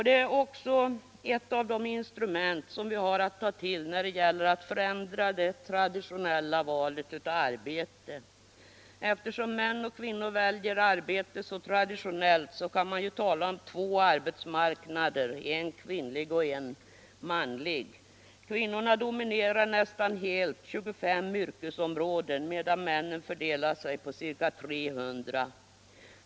Det är också ett av de instrument som vi har att ta till när det gäller att förändra det traditionella valet av arbete. Eftersom män och kvinnor väljer arbete så traditionellt kan man ju tala om två arbetsmarknader, en kvinnlig och en manlig. Kvinnorna dominerar nästan helt 25 yrkesområden, medan männen fördelar sig på ca 300.